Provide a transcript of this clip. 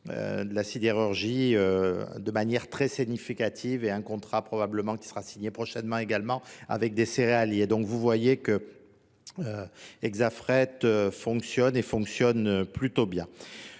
la sidérurgie de manière très significative et un contrat probablement qui sera signé prochainement également avec des céréaliers. Donc vous voyez que Exafret fonctionne et fonctionne plutôt bien.